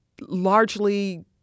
largely